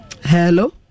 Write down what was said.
hello